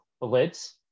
blitz